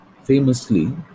famously